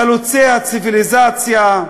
חלוצי הציוויליזציה,